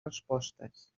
respostes